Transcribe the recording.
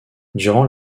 durant